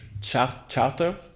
Charter